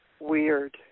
weird